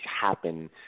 happen